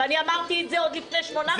ואני אמרתי את זה עוד לפני שמונה חודשים.